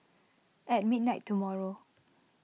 at midnight tomorrow